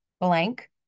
Blank